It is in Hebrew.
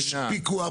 יש פיקוח.